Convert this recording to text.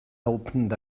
opened